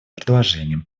предложениям